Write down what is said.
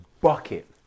bucket